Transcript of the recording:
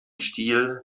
stil